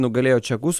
nugalėjo čekus